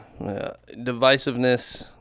divisiveness